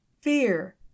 Fear